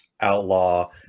outlaw